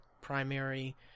primary